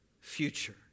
future